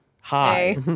Hi